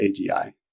AGI